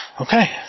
Okay